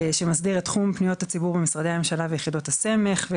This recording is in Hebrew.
שמסדיר את תחום פניות הציבור במשרדי הממשלה ויחידות הסמך,